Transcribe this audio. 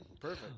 Perfect